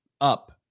up